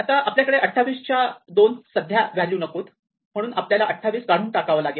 आता आपल्याकडे 28 च्या दोन सध्या व्हॅल्यू नकोत म्हणून आपल्याला 28 काढून टाकावा लागेल